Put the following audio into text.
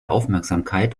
aufmerksamkeit